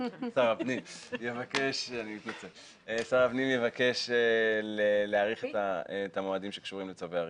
יבקש להאריך את המועדים שקשורים לצווי הריסה.